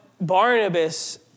Barnabas